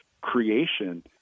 creation